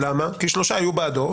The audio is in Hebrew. כי שלושה היו בעדו,